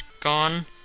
gone